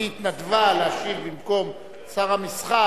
כי חשבתי שהיא התנדבה להשיב במקום שר המסחר,